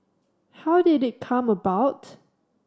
how did it come about